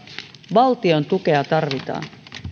valtion tukea tarvitaan